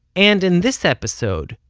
and in this episode,